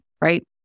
right